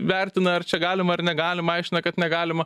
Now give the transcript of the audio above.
vertina ar čia galima ar negalima aiškina kad negalima